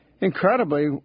Incredibly